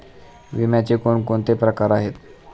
विम्याचे कोणकोणते प्रकार आहेत?